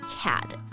Cat